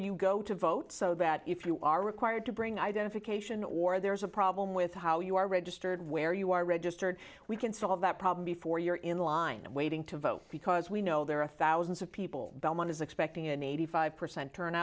you go to vote so that if you are required to bring identification or there's a problem with how you are registered where you are registered we can solve that problem before you're in line waiting to vote because we know there are thousands of people one is expecting an eighty five percent turn